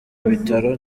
bitaro